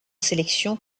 sélection